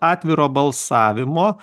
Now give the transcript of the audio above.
atviro balsavimo